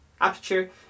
aperture